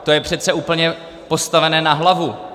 To je přece úplně postavené na hlavu!